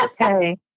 okay